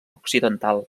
occidental